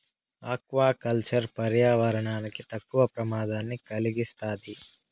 aqua culture పర్యావరణానికి తక్కువ ప్రమాదాన్ని కలిగిస్తాది